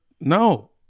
No